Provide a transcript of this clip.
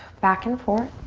back and forth.